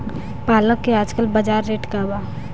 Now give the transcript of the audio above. पालक के आजकल बजार रेट का बा?